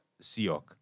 Siok